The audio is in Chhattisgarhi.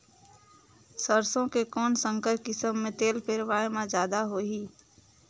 सरसो के कौन संकर किसम मे तेल पेरावाय म जादा होही?